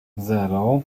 zero